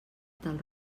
tal